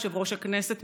יושב-ראש הכנסת,